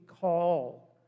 call